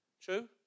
True